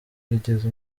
igeze